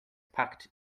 packed